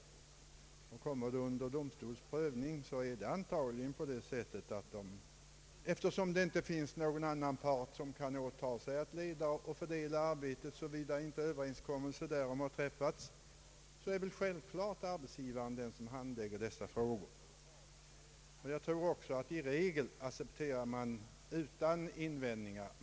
Kommer ett fall under domstols prövning, blir utslaget antagligen, såvida ingen överenskommelse om någonting annat träffats, att eftersom det inte finns någon annan part som kan åtaga sig att leda och fördela arbetet, så är det självklart att arbetsgivaren är den som handlägger sådana frågor. Jag tror också att man i regel utan invändning accepterar att arbetsgivaren har att antaga arbetare.